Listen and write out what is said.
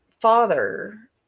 father